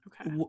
okay